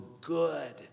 good